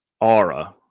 aura